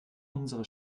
unsere